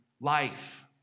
life